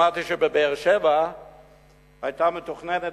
שמעתי שבבאר-שבע היה מתוכנן,